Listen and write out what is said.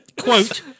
quote